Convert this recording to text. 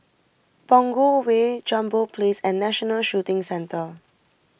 Punggol Way Jambol Place and National Shooting Centre